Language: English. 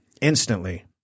instantly